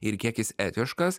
ir kiek jis etiškas